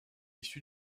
issu